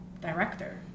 director